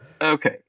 Okay